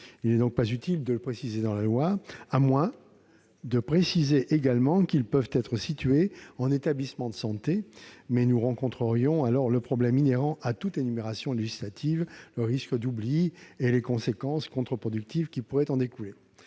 Il n'est donc pas utile de le préciser dans la loi, à moins de mentionner également qu'ils peuvent être situés en établissements de santé, mais nous rencontrerions alors le problème inhérent à toute énumération législative : le risque d'oubli, avec les conséquences contre-productives qui pourraient en découler.